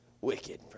Wicked